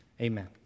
amen